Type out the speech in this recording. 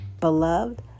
Beloved